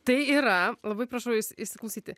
tai yra labai prašau jus įsiklausyti